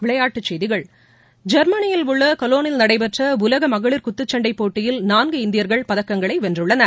விளையாட்டுச் செய்திகள் ஜெர்மனியில் உள்ள கொலோனில் நடைபெற்ற உலக மகளிர் குத்துச்சன்டை போட்டியில் நான்கு இந்தியர்கள் பதக்கங்களை வென்றுள்ளனர்